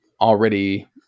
already